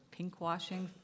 pinkwashing